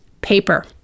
paper